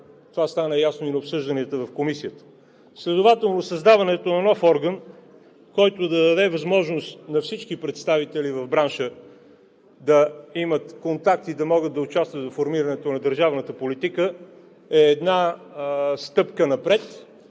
това стана ясно и на обсъжданията в Комисията. Следователно създаването на нов орган, който да даде възможност на всички представители в бранша да имат контакт и да могат да участват във формирането на държавната политика, е една стъпка напред.